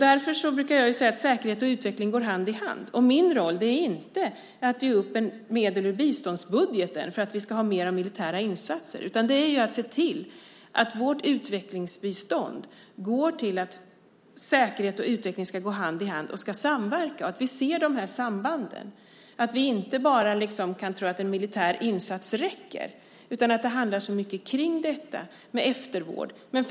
Därför brukar jag säga att säkerhet och utveckling går hand i hand. Min roll är inte att ge upp medel i biståndsbudgeten för att vi ska ha mer militära insatser, utan det är att se till att vårt utvecklingsbistånd går till att säkerhet och utveckling ska gå hand i hand och samverka. Vi måste se de här sambanden. Vi kan inte bara tro att en militär insats räcker, utan det handlar om så mycket kring detta med till exempel eftervård.